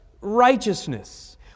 righteousness